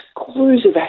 exclusive